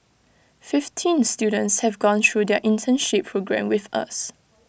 fifteen students have gone through their internship programme with us